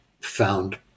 found